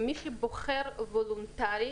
מי שבוחר וולונטרי